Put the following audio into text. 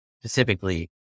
specifically